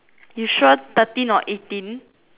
you sure thirteen or eighteen